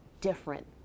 different